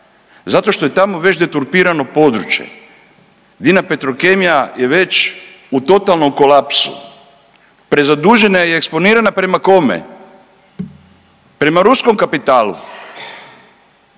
zato što je tamo već deturpirano područje. Dina Petrokemija je već u totalnom kolapsu. Prezadužena je i eksponirana prema kome? Prema ruskom kapitalu.